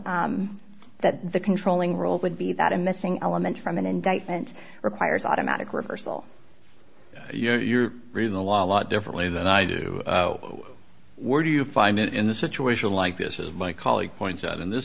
know that the controlling role would be that a missing element from an indictment requires automatic reversal you're reading a lot differently than i do where do you find it in a situation like this as my colleague points out in this